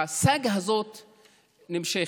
הסאגה הזאת נמשכת.